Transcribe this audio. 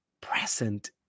present